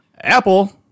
Apple